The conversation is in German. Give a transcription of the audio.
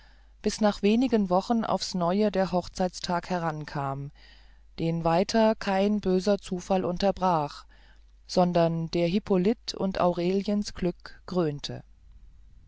bis nach wenigen wochen aufs neue der hochzeitstag herankam den weiter kein böser zufall unterbrach sondern der hyppolits und aureliens glück krönte